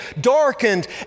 darkened